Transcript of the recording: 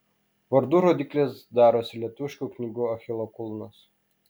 vardų rodyklės darosi lietuviškų knygų achilo kulnas